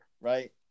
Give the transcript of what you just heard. right